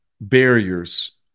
barriers